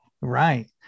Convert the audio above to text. right